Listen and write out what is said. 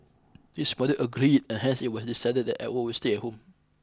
his mother agreed and hence it was decided that Edward would stay at home